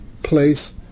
Place